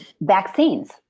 vaccines